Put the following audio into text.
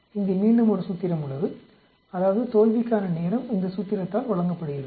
இங்கே மீண்டும் ஒரு சூத்திரம் உள்ளது அதாவது தோல்விக்கான நேரம் இந்த சூத்திரத்தால் வழங்கப்படுகிறது